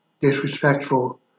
disrespectful